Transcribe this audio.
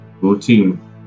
routine